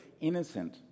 innocent